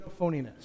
phoniness